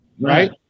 Right